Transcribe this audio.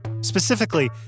Specifically